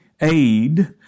aid